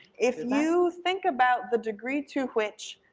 if you think about the degree to which,